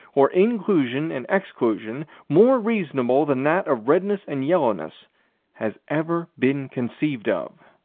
or inclusion and exclusion, more reasonable than that of redness and yellowness has ever been conceived of.